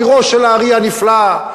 עירו של האר"י הנפלא,